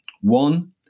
One